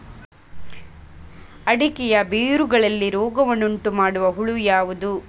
ಅಡಿಕೆಯ ಬೇರುಗಳಲ್ಲಿ ರೋಗವನ್ನು ಉಂಟುಮಾಡುವ ಹುಳು ಯಾವುದು?